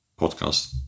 podcast